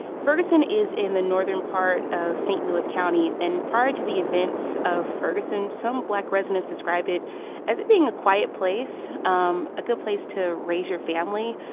ferguson is in the northern part of st. louis county. and prior to the events of ferguson, some black residents described it as it being a quiet place, um a good place to raise your family.